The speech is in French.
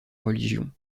religion